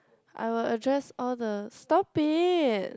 I will address all the stop it